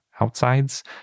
outsides